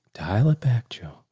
dial it back, joe.